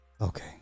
Okay